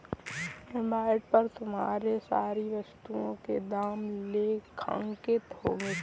invoice पर तुम्हारे सारी वस्तुओं के दाम लेखांकित होंगे